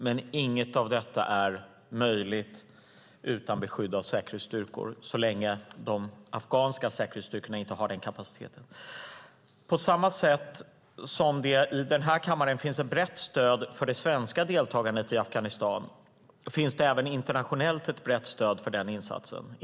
Men inget av detta är möjligt utan beskydd av säkerhetsstyrkor, så länge de afghanska säkerhetsstyrkorna inte har den kapaciteten. På samma sätt som det i den här kammaren finns ett brett stöd för det svenska deltagandet i Afghanistan finns det även internationellt ett brett stöd för den insatsen.